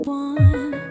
one